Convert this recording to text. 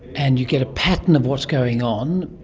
and you get a pattern of what's going on,